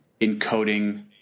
encoding